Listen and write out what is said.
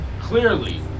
Clearly